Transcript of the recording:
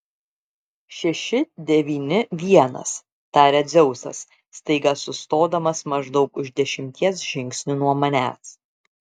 šeši devyni vienas taria dzeusas staiga sustodamas maždaug už dešimties žingsnių nuo manęs